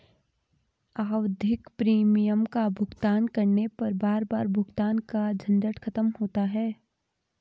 आवधिक प्रीमियम का भुगतान करने पर बार बार भुगतान का झंझट खत्म होता है